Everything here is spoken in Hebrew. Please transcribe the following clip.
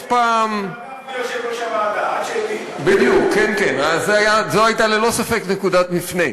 עוד הפעם, כן כן, זאת הייתה ללא ספק נקודת מפנה.